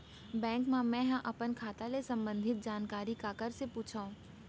Bank मा मैं ह अपन खाता ले संबंधित जानकारी काखर से पूछव?